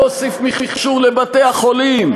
להוסיף מכשור לבתי-החולים.